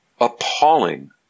appalling